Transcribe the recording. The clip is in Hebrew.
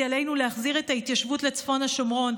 עלינו להחזיר את ההתיישבות לצפון השומרון,